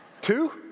Two